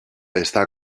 está